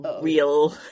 real